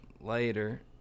later